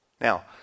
Now